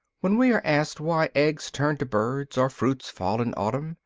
when we are asked why eggs turn to birds or fruits fall in autumn,